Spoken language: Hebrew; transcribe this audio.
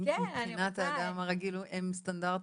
שמבחינת האדם הרגיל הם סטנדרטיים,